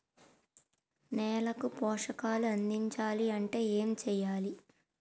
నేలకు పోషకాలు అందించాలి అంటే ఏం చెయ్యాలి?